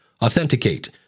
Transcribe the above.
authenticate